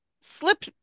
slip